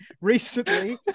Recently